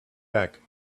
back